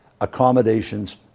accommodations